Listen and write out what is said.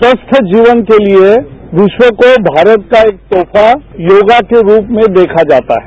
स्वस्थ जीवन के लिए विश्व को भारत का एक तोहफा योगा के रूप में देखा जाता है